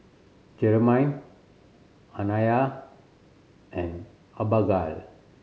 Germaine Anaya and Abagail